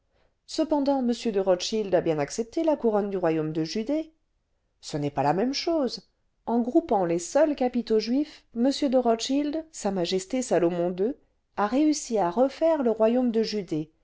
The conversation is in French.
cependant m de rothschild a bien accepté la couronne du royaume de judée ce n'est pas la même chose en groupant les seuls capitaux juifs m de rothschild s m salomon ii a réussi à refaire le royaume de judée